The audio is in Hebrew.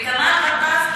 את כמאל גטאס,